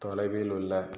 தொலைவில் உள்ள